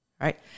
Right